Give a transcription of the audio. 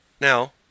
Now